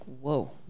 whoa